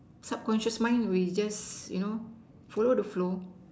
subconscious mind we just you know follow the flow